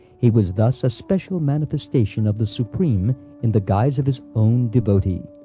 he was thus a special manifestation of the supreme in the guise of his own devotee.